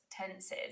tenses